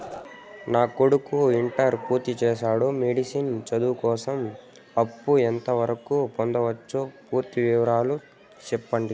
నా కొడుకు ఇంటర్ పూర్తి చేసాడు, మెడిసిన్ చదువు కోసం అప్పు ఎంత వరకు పొందొచ్చు? పూర్తి వివరాలు సెప్పండీ?